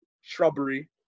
shrubbery